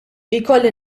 ikolli